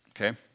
okay